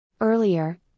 Earlier